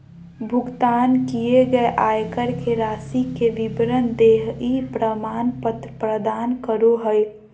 भुगतान किए गए आयकर के राशि के विवरण देहइ प्रमाण पत्र प्रदान करो हइ